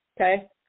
Okay